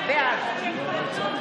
בעד מחלקים את ירושלים.